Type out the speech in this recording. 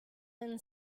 been